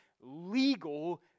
legal